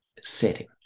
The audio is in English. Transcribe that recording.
setting